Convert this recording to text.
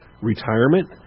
retirement